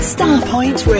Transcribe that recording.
Starpoint